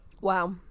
Wow